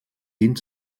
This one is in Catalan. vint